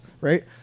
right